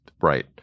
right